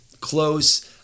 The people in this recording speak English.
close